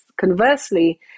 conversely